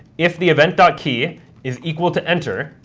if the event ah key is equal to enter,